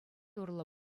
урлӑ